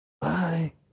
Bye